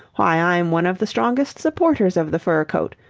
why, i'm one of the strongest supporters of the fur coat.